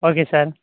okay sir